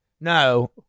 No